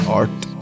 art